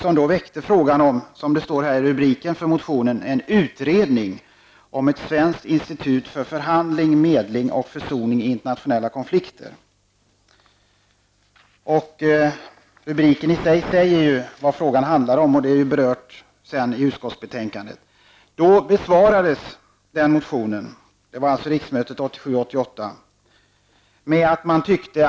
Vi tog då upp frågan om en utredning om ett svenskt institut för förhandling, medling och försoning i internationella konflikter, som det uttrycks i motionens rubrik. Rubriken i sig säger vad frågan handlar om, och det tas också upp i utskottsbetänkandet.